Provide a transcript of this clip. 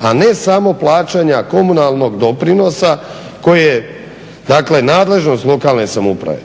a ne samo plaćanja komunalnog doprinosa, koje je dakle nadležnost lokalne samouprave.